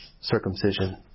circumcision